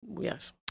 Yes